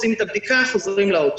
עושים את הבדיקה וחוזרים לאוטו.